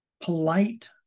polite